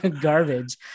garbage